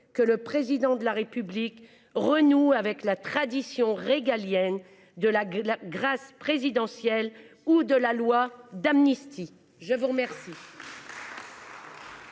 que le Président de la République renoue avec la tradition régalienne de la grâce présidentielle ou de la loi d’amnistie. » Cela n’a rien